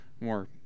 more